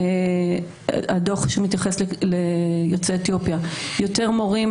הדוח שמתייחס ליוצאי אתיופיה מראה שיש יותר מורים,